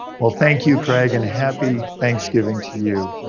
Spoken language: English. well, thank you, craig, and happy thanksgiving to you,